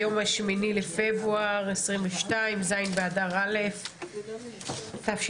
היום ה-8 בפברואר 2022, ז' באדר א' התשפ"ב.